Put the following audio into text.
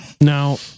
Now